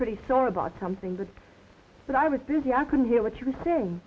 pretty sore about something but that i was busy i couldn't hear what you were saying